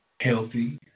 Healthy